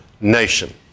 nation